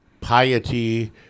piety